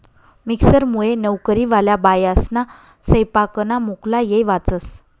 मिक्सरमुये नवकरीवाल्या बायास्ना सैपाकना मुक्ला येय वाचस